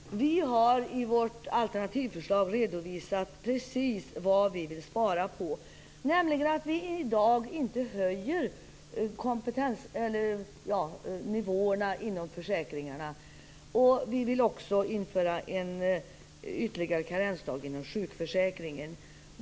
Fru talman! Vi har i vårt alternativförslag redovisat precis vad vi vill spara på, nämligen att vi i dag inte höjer nivåerna inom försäkringarna. Vi vill också införa en ytterligare karensdag inom sjukförsäkringen.